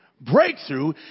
Breakthrough